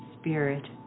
spirit